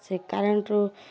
ସେ କରେଣ୍ଟ୍ରୁ